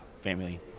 family